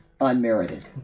unmerited